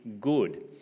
good